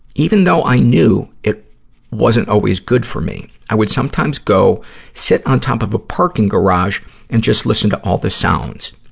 even though i knew it wasn't always good for me, i would sometimes go sit on top of a parking garage and just listen to all the sounds.